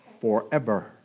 forever